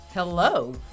Hello